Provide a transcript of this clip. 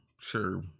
Sure